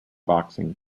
boxing